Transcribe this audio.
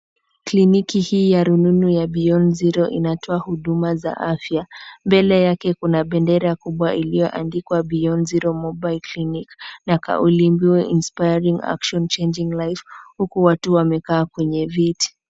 Kliniki hii ya rununu ya Beyond Zero inatoa huduma za afya. Mbele yake kuna bendera kubwa iliyoandikwa Beyond Zero Mobile Clinic na kauli inspiring action changing lives huku watu wamekaa kwenye viti.